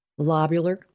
lobular